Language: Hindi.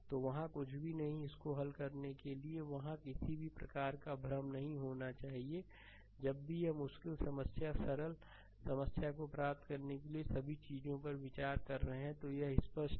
तो वहाँ कुछ भी नहीं है इसको हल करने के लिए वहाँ किसी भी प्रकार का भ्रम नहीं होना चाहिए जब भी यह भी मुश्किल समस्या सरल समस्या को प्राप्त करने के सभी चीजों पर विचार कर रहे हैं तो यह स्पष्ट है